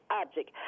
object